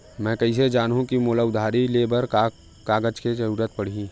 मैं कइसे जानहुँ कि मोला उधारी ले बर का का कागज चाही?